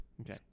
Okay